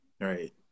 right